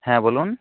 হ্যাঁ বলুন